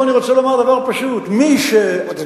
פה אני רוצה לומר דבר פשוט: מי שאכף,